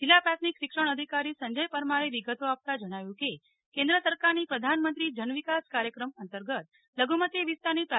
જીલ્લા પ્રાથમિક શિક્ષણધિકારી સંજય પરમારે વિગતો આપતા જણાવ્યું કે કેન્દ્ર સરકારની પ્રધાનમંત્રી જન વિકાસ કાર્યક્રમ અતર્ગત લધુમતી વિસ્તારની પ્રા